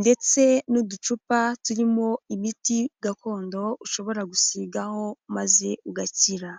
ndetse n'uducupa turimo imiti gakondo ushobora gusigaho maze ugakira.